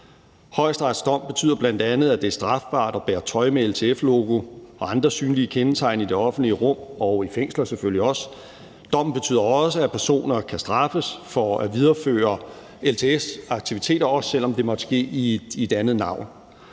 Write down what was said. Højesterets dom betyder bl.a., at det er strafbart at bære tøj med LTF-logo og andre synlige kendetegn i det offentlige rum og i fængsler selvfølgelig også. Dommen betyder også, at personer kan straffes for at videreføre LTF's aktiviteter, også selv om det måtte ske i et andet navn.